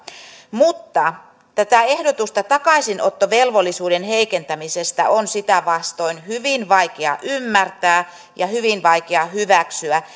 mutta tätä ehdotusta takaisinottovelvollisuuden heikentämisestä on sitä vastoin hyvin vaikea ymmärtää ja hyvin vaikea hyväksyä